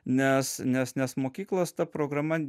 nes nes nes mokyklos ta programa